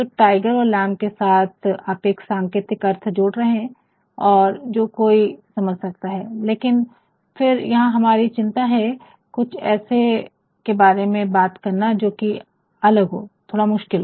तो टाइगर और लैम के साथ आप एक सांकेतिक अर्थ जोड़ रहे है जो कोई समझ सकता है लेकिन फिर यहाँ हमारी चिंता है कुछ ऐसे के बारे में बात करना जोकि अलग हो जो थोड़ा मुश्किल हो